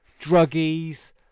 druggies